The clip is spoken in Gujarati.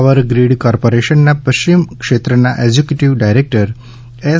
પાવર ગ્રીડ કોર્પોરેશનના પશ્ચિમ ક્ષેત્રના એકજિકયુટીવ ડાયરેક્ટર શ્રી એસ